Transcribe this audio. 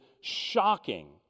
shocking